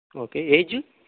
okay age